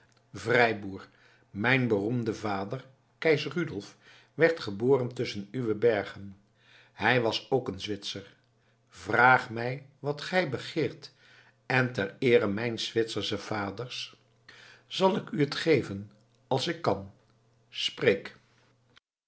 vrijboer mijn beroemde vader keizer rudolf werd geboren tusschen uwe bergen hij was ook een zwitser vraag mij wat gij begeert en ter eere mijns zwitserschen vaders zal ik het u geven als ik kan spreek